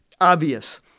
Obvious